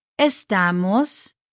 estamos